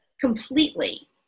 completely